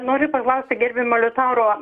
noriu paklausti gerb liutauro